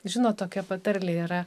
žinot tokia patarlė yra